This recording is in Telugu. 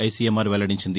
ఐసీఎంఆర్ వెల్లడించింది